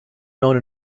known